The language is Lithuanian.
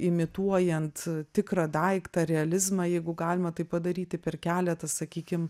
imituojant tikrą daiktą realizmą jeigu galima tai padaryti per keletą sakykim